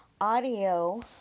audio